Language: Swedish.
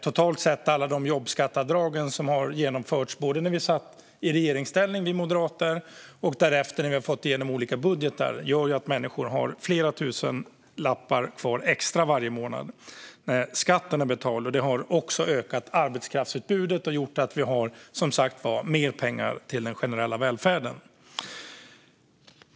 Totalt sett gör alla jobbskatteavdrag som vi moderater har genomfört, både i regeringsställning och när vi därefter har fått igenom olika budgetar, att människor har flera tusenlappar extra kvar varje månad när skatten är betald. Det har också ökat arbetskraftsutbudet och gjort att vi har, som sagt var, mer pengar till den generella välfärden.